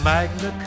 Magna